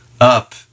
up